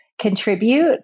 contribute